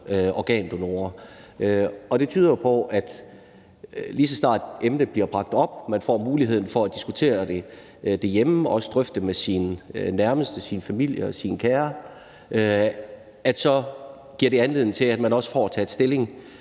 som organdonorer. Det tyder jo på, at lige så snart emnet bliver bragt op og man får muligheden for at diskutere det hjemme og drøfte det med sine nærmeste, sin familie og sine kære, giver det anledning til, at man får taget stilling.